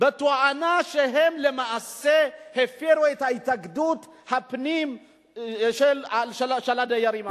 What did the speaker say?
בטענה שהם הפירו את ההתאגדות של הדיירים עצמם.